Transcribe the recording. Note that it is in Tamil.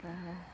ஆஹா